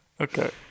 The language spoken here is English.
Okay